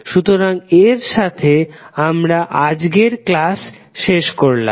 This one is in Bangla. সুতরাং এর সাথে আমরা আজকের ক্লাস শেষ করলাম